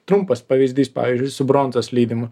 trumpas pavyzdys pavyzdžiui su bronzos lydimu